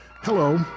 Hello